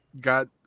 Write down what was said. got